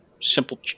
simple